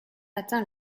atteint